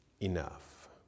enough